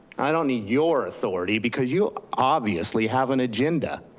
i don't need your authority because you obviously have an agenda.